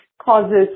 causes